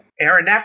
Aaron